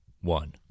one